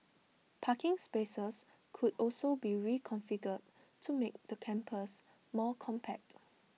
parking spaces could also be reconfigured to make the campus more compact